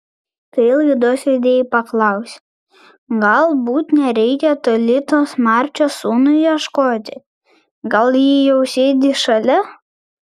kai laidos vedėjai paklausė galbūt nereikia toli tos marčios sūnui ieškoti gal ji jau sėdi šalia